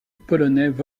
polonais